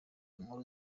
inkuru